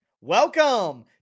Welcome